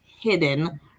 hidden